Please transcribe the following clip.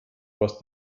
was